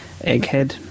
Egghead